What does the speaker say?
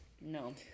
No